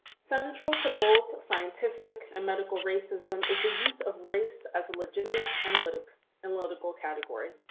central to both scientific and medical racism is the use of race as a legitimate analytical analytical category.